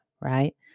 right